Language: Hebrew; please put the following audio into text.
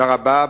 תודה רבה.